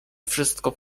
wszystko